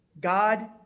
God